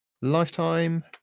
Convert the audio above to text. Lifetime